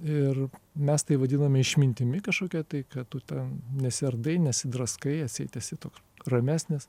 ir mes tai vadiname išmintimi kažkokia tai kad tu ten nesiardai nesidraskai atseit esi toks ramesnis